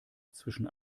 zwischen